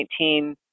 2019